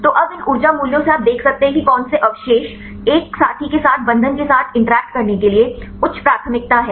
तो अब इन ऊर्जा मूल्यों से आप देख सकते हैं कि कौन से अवशेष एक साथी के साथ बंधन के साथ इंटरैक्ट करने के लिए उच्च प्राथमिकता है